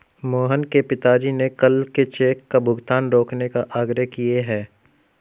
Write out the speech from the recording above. मोहन के पिताजी ने कल के चेक का भुगतान रोकने का आग्रह किए हैं